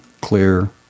clear